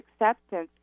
acceptance